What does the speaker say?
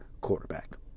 quarterback